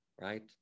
right